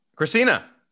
Christina